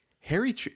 Harry